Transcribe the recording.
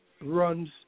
runs